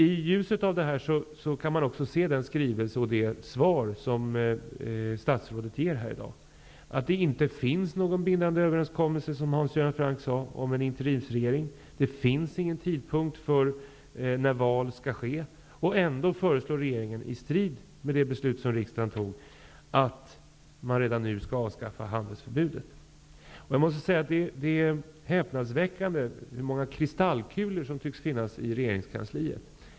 I ljuset av detta kan man också se regeringens skrivelse och det svar som statsrådet ger här i dag. Det finns, som Hans Göran Franck sade, inte någon bindande överenskommelse om en interimsregering och ingen fastställd tidpunkt för när val skall genomföras. Ändå föreslår regeringen i strid med det beslut som riksdagen fattade att man redan nu skall avskaffa handelsförbudet. Det är häpnadsväckande hur många kristallkulor som tycks finnas i regeringskansliet.